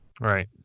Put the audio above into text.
Right